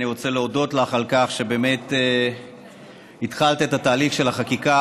אני רוצה להודות לך על כך שהתחלת את התהליך הזה של החקיקה.